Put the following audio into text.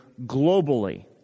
globally